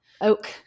Oak